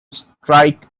strike